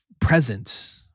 present